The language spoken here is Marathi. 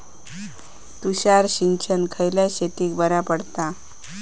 तुषार सिंचन खयल्या शेतीक बरा पडता?